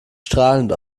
strahlend